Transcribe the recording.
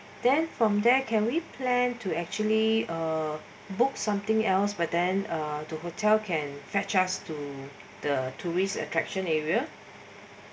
then from there can we plan to actually uh books something else but then to hotel can fetch us to the tourist attraction area